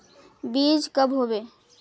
बीज कब होबे?